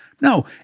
No